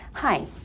Hi